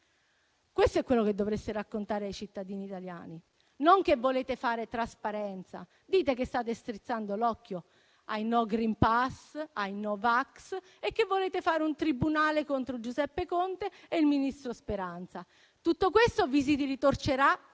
Questo è quello che dovreste raccontare ai cittadini italiani e non il fatto che volete fare trasparenza. Dite che state strizzando l'occhio ai no *green pass*, ai no vax e volete fare un tribunale contro Giuseppe Conte e il ministro Speranza. Tutto questo vi si ritorcerà